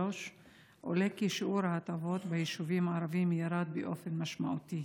עולה כי שיעור ההטבות ביישובים הערביים ירד באופן משמעותי.